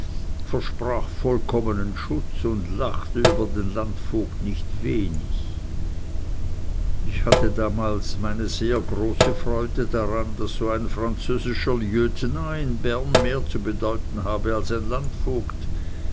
versprach vollkommenen schutz und lachte über den landvogt nicht wenig ich hatte damals meine sehr große freude daran daß so ein französischer lieutenant in bern mehr zu bedeuten habe als ein landvogt